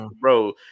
bro